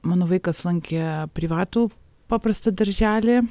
mano vaikas lankė privatų paprastą darželį